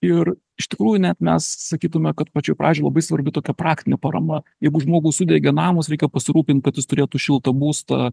ir iš tikrųjų net mes sakytume kad pačioj pradžioj labai svarbi tokia praktinė parama jeigu žmogui sudegė namas reikia pasirūpint kad jis turėtų šiltą būstą